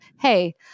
hey